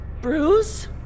Bruce